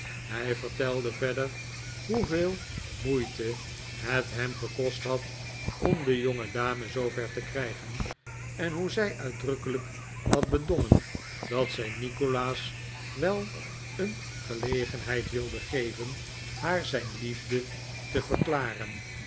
hij vertelde verder hoeveel moeite het hem gekost had om de jongedame zoover te krijgen en hoe zij uitdrukkelijk had bedongen dat zij nikolaas wel een gelegenheid wilde geven haar zijn liefde te verklaren